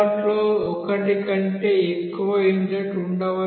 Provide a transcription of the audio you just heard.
లో ఒకటి కంటే ఎక్కువ ఇన్లెట్ ఉండవచ్చు